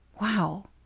Wow